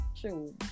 True